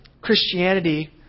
Christianity